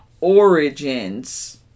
origins